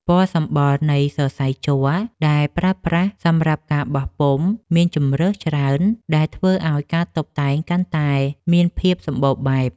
ពណ៌សម្បុរនៃសរសៃជ័រដែលប្រើប្រាស់សម្រាប់ការបោះពុម្ពមានជម្រើសច្រើនដែលធ្វើឱ្យការតុបតែងកាន់តែមានភាពសម្បូរបែប។